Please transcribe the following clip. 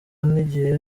n’igihe